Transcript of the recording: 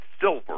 silver